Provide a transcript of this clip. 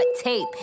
tape